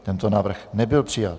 Tento návrh nebyl přijat.